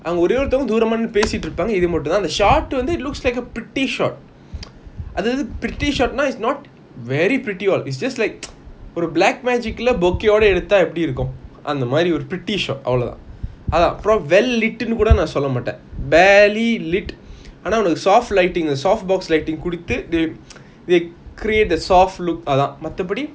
அங்க ஒரேய ஒருத்தவங்க தூரமா நின்னு பேசிட்டு இருப்பாங்க இது மட்டும் தான்:anga orey oruthavanga thurama ninnu peasitu irupanga ithu matum thaan shot looks like a pretty shot அதாவுது:athaavuthu pretty shot now it's not very pretty all it's just like ஒரு:oru black magic lah bokeh ஓட எடுத்த எப்பிடி இருக்கும் அந்த மாறி:ooda eadutha epidi irukum antha maari pretty shot அது அதன்:athu athan well lit னு கூட சொல்ல மாட்டான்:nu kuda solla maatan barely lit ஆனா உன்னக்கு:aana unnaku soft lighting the soft box lighting குடுத்து:kuduthu they they create the soft look அதன் மத்தபடி:athan mathabadi